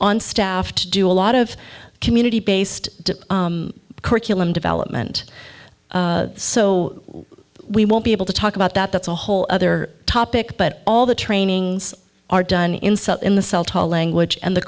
on staff to do a lot of community based curriculum development so we won't be able to talk about that that's a whole other topic but all the trainings are done in such in the language and the